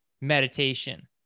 meditation